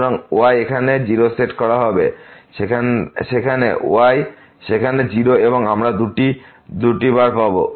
সুতরাং y এখানে 0 set করা হবে সেখানে 0 এবং আমরা এটি 2 বার পাব